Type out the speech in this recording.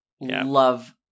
love